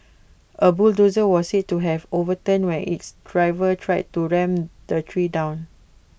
A bulldozer was said to have overturned when its driver tried to ram the tree down